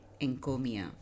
encomia